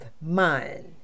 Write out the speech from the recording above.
mind